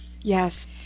Yes